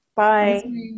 Bye